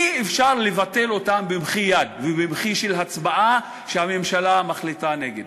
אי-אפשר לבטל אותם במחי יד ובמחי הצבעה כשהממשלה מחליטה נגד.